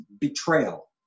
betrayal